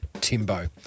Timbo